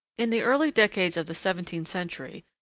in the early decades of the seventeenth century,